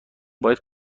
باید